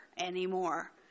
anymore